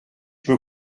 peux